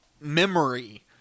memory